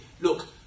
look